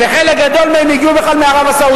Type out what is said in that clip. וחלק גדול מהם הגיעו בכלל מערב-הסעודית,